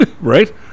right